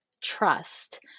trust